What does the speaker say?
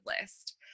list